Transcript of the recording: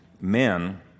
men